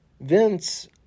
Vince